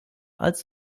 als